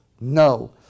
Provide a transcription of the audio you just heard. no